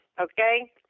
Okay